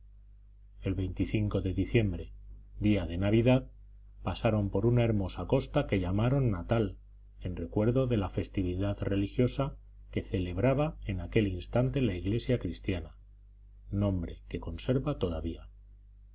el de diciembre día de navidad pasaron por una hermosa costa que llamaron natal en recuerdo de la festividad religiosa que celebraba en aquel instante la iglesia cristiana nombre que conserva todavía